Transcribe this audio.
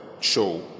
show